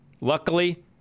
Luckily